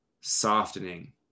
softening